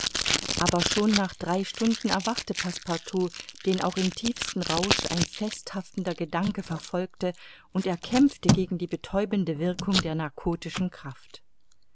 aber schon nach drei stunden erwachte passepartout den auch im tiefsten rausch ein festhaftender gedanke verfolgte und er kämpfte gegen die betäubende wirkung der narkotischen kraft